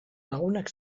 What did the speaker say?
lagunak